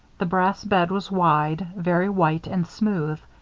the brass bed was wide, very white and smooth.